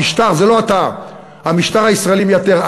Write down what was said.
המשטר, זה לא אתה, המשטר הישראלי מייתר.